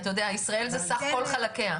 אתה יודע, ישראל זה סך כל חלקיה.